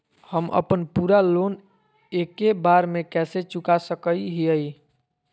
हम अपन पूरा लोन एके बार में कैसे चुका सकई हियई?